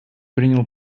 принял